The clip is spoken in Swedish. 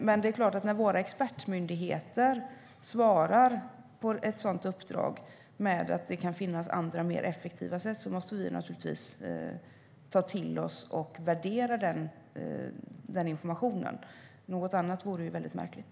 Men det är klart att när vår expertmyndighet som har fått detta uppdrag svarar att det kan finnas andra mer effektiva sätt måste vi naturligtvis ta till oss den informationen och värdera den. Något annat vore mycket märkligt.